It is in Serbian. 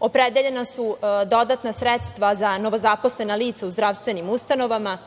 Opredeljena su dodatna sredstva za novozaposlena lica u zdravstvenim ustanovama,